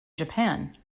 japan